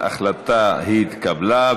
ההחלטה התקבלה.